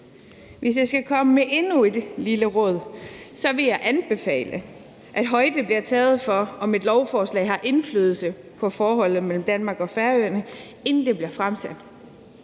Hvis jeg skal komme med endnu et lille råd, vil jeg anbefale, at der bliver taget højde for, om et lovforslag har indflydelse på forholdet mellem Danmark og Færøerne, inden det bliver fremsat.